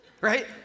right